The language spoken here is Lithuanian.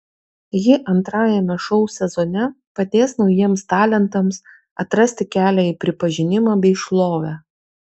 ji antrajame šou sezone padės naujiems talentams atrasti kelią į pripažinimą bei šlovę